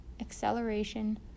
acceleration